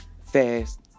fast